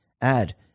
add